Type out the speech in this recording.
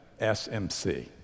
SMC